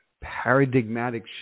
paradigmatic